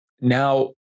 now